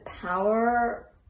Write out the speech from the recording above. power